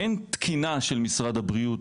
אין תקינה של משרד הבריאות,